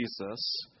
Jesus